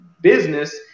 business